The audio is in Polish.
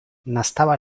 nastała